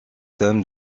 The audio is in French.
thèmes